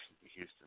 Houston